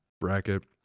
bracket